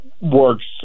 works